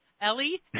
Ellie